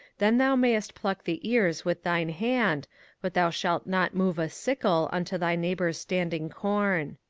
then thou mayest pluck the ears with thine hand but thou shalt not move a sickle unto thy neighbour's standing corn.